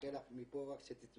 מאחל לך מפה רק שתצמחי.